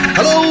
Hello